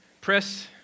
Press